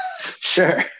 Sure